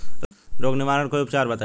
रोग निवारन कोई उपचार बताई?